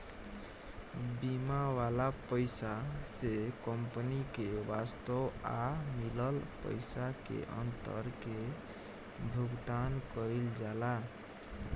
बीमा वाला पइसा से कंपनी के वास्तव आ मिलल पइसा के अंतर के भुगतान कईल जाला